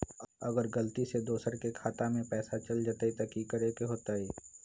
अगर गलती से दोसर के खाता में पैसा चल जताय त की करे के होतय?